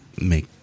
make